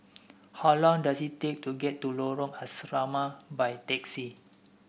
how long does it take to get to Lorong Asrama by taxi